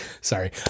Sorry